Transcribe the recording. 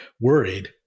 worried